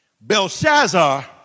Belshazzar